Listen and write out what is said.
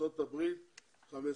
ארצות הברית 15,